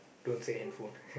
don't say handphone